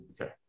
Okay